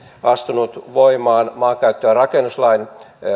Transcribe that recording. astunut voimaan maakäyttö ja rakennuslain